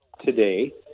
today